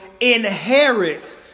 inherit